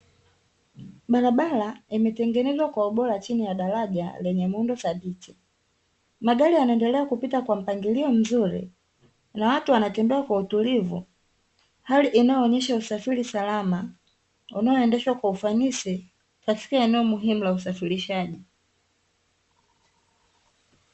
Barabara imetengenezwa kwa ubora chini ya daraja lenye muundo thabiti. Magari yanaendelea kupita kwa mpangilio mzuri na watu wanatembea kwa utulivu, hali inayoonyesha usafiri salama unaendeshwa kwa ufanisi katika eneo muhimu la usafirishaji.